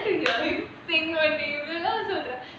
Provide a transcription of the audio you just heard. sing இதெல்லாம் சொல்ற:ithellaam solra